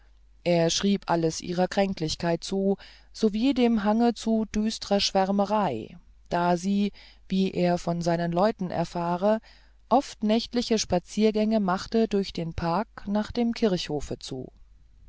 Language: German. er schrieb alles ihrer kränklichkeit zu sowie dem hange zu düstrer schwärmerei da sie wie er von seinen leuten erfahren oft nächtliche spaziergänge machte durch den park nach dem kirchhofe zu